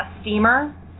steamer